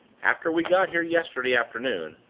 after we got here yesterday afternoon,